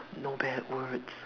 no bad words